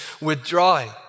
withdrawing